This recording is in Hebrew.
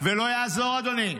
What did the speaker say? לא יעזור, אדוני,